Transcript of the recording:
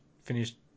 finished